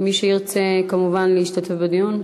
מי שירצה כמובן להשתתף בדיון,